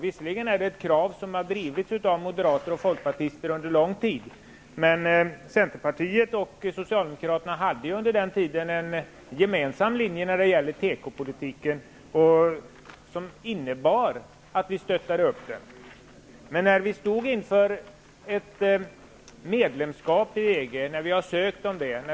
Visserligen är det ett krav som har drivits av moderater och folkpartister under lång tid, men Centerpartiet och Socialdemokraterna hade under den tiden en gemensam linje när det gäller tekopolitiken, som innebar att vi stöttade tekoindustrin. Vi står nu inför ett medlemskap i EG, som vi har ansökt om.